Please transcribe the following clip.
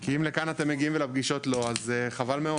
כי אם לכאן אתם מגיעים ולפגישות לא, אז חבל מאוד.